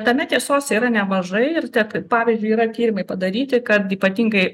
tame tiesos yra nemažai ir tiek pavyzdžiui yra tyrimai padaryti kad ypatingai